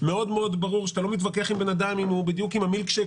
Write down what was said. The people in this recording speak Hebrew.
מאוד מאוד ברור שאתה לא מתווכח עם בן אדם אם הוא בדיוק עם המילקשייק,